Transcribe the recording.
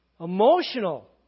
emotional